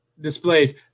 displayed